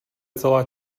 celá